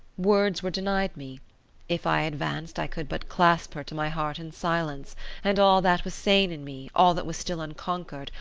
words were denied me if i advanced i could but clasp her to my heart in silence and all that was sane in me, all that was still unconquered,